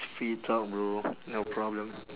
free talk bro no problem